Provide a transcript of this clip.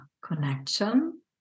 connection